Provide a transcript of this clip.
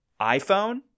iPhone